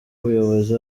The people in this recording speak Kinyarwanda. umuyobozi